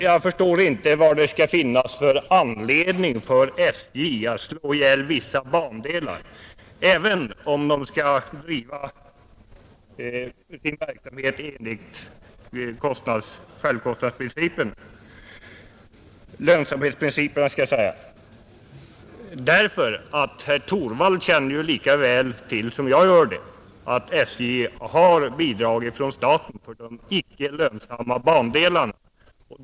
Jag förstår inte vad det skulle finnas för anledning för SJ att slå ihjäl vissa bandelar, även om SJ skall driva sin verksamhet i enlighet med lönsamhetsprincipen. Herr Torwald känner ju till lika väl som jag att SJ har bidrag från staten för de icke lönsamma bandelarna.